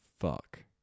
fuck